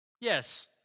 Yes